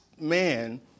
man